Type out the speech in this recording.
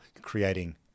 creating